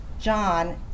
John